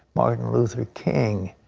martin luther king.